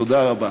תודה רבה.